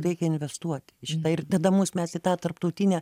reikia investuoti į šitą ir tada mus mes į tą tarptautinę